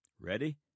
Ready